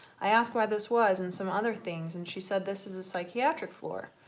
i asked why this was and some other things and she said this is a psychiatric floor!